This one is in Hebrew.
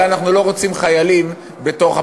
אבל אנחנו לא רוצים חיילים בפוליטיקה,